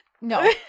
no